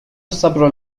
الصبر